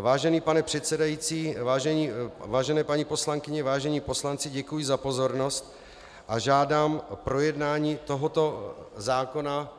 Vážený pane předsedající, vážené paní poslankyně, vážení poslanci, děkuji za pozornost a žádám o projednání tohoto zákona